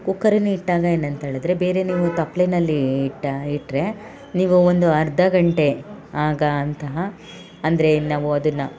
ಕುಕ್ಕರನ್ನು ಇಟ್ಟಾಗ ಏನಂತ್ಹೇಳಿದರೆ ಬೇರೆ ನೀವು ತಪ್ಲೆನಲ್ಲಿ ಇಟ್ಟ ಇಟ್ಟರೆ ನೀವು ಒಂದು ಅರ್ಧ ಗಂಟೆ ಆಗ ಅಂತಹ ಅಂದರೆ ನಾವು ಅದನ್ನು